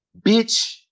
bitch